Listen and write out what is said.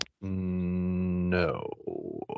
No